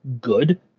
good